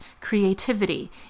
Creativity